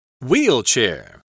Wheelchair